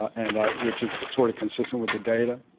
and which is sort of consistent with the data.